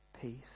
Peace